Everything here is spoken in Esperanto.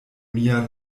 mia